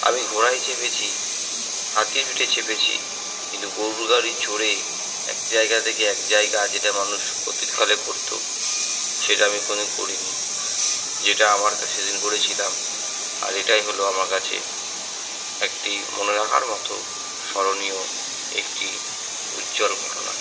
আমি ঘোড়ায় চেপেছি হাতির পিঠে চেপেছি কিন্তু গরুর গাড়ি চড়ে এক জায়গা থেকে এক জায়গা যেটা মানুষ অতীতকালে করত সেটা আমি কোনওদিন করিনি যেটা আমার কাছে সেদিন করেছিলাম আর এটাই হল আমার কাছে একটি মনে রাখার মতো স্মরণীয় একটি উজ্জ্বল ঘটনা